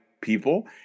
people